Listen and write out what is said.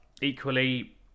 equally